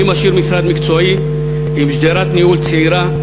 אני משאיר משרד מקצועי עם שדרת ניהול צעירה,